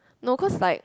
no cause like